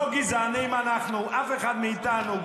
לא גזענים אנחנו, אף אחד מאיתנו.